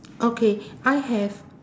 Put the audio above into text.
okay I have